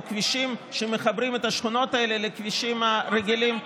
או כבישים שמחברים את השכונות האלה לכבישים הרגילים והראשיים.